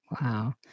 Wow